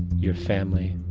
your family,